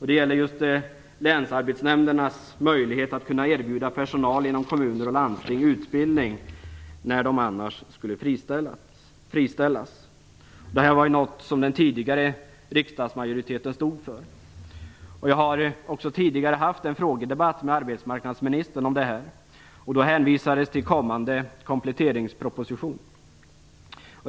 Det gäller länsarbetsnämndernas möjlighet att kunna erbjuda personal inom kommuner och landsting utbildning när de annars skulle friställas. Detta är något som den tidigare riksdagsmajoriteten stod för. Jag har också tidigt fört en frågedebatt med arbetsmarknadsministern i denna fråga. Det hänvisades då till kommande kompletteringsproposition.